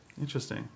interesting